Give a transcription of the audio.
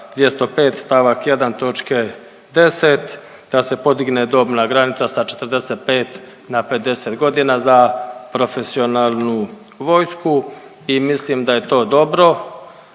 1. točke 10. da se podigne dobna granica sa 45 na 50 godina za profesionalnu vojsku. I mislim da je to dobro,